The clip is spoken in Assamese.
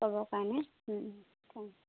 ক'বৰ কাৰণে